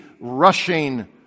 rushing